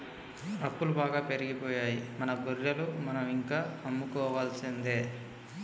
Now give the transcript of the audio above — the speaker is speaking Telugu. అప్పులు బాగా పెరిగిపోయాయి మన గొర్రెలు మనం ఇంకా అమ్ముకోవాల్సిందే